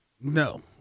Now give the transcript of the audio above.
No